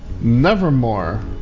Nevermore